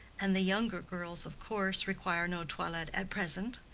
and the younger girls, of course, require no toilet at present.